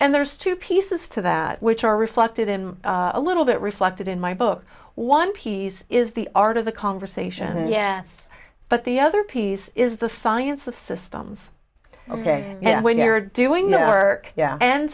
and there's two pieces to that which are reflected in a little bit reflected in my book one piece is the art of the conversation and yes but the other piece is the science of systems ok and when you're doing your yeah and